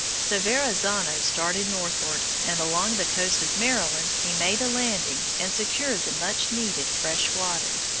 so verrazzano started northward, and along the coast of maryland he made a landing and secured the much-needed fresh water.